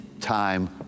time